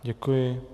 Děkuji.